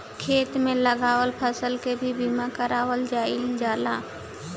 खेत में लागल फसल के भी बीमा कारावल जाईल जाला